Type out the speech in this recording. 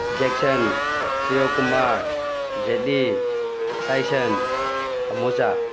Jackson Priyokumar Jaitley Tyson ꯑꯃꯣꯆꯥ